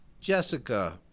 Jessica